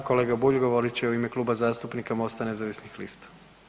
A kolega Bulj govorit će u ime Kluba zastupnika Mosta nezavisnih lista.